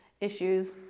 issues